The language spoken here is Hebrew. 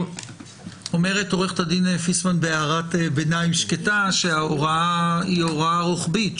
אומרת עורכת הדין פיסמן בהערת ביניים שקטה שההוראה היא הוראה רוחבית.